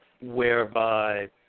whereby –